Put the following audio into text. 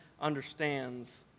understands